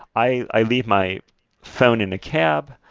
i i leave my phone in the cab,